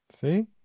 See